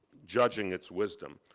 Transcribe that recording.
judging its wisdom.